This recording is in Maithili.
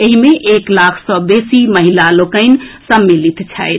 एहि मे एक लाख सँ बेसी महिला सभ सम्मिलित छथि